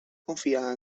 confiar